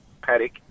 paddock